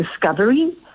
discovery